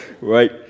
Right